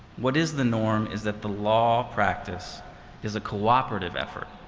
what is the norm is that the law practice is a cooperative effort,